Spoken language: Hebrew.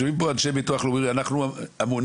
אנשי הביטוח הלאומי אומרים לנו שהביטוח הלאומי אמון